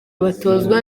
batozwa